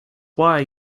why